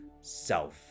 self